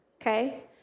okay